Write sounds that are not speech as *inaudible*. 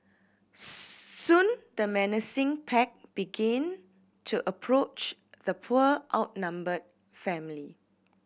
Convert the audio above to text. *noise* soon the menacing pack begin to approach the poor outnumbered family